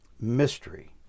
mystery